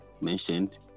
mentioned